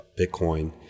Bitcoin